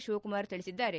ಶಿವಕುಮಾರ್ ತಿಳಿಸಿದ್ದಾರೆ